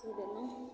की रहय